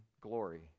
glory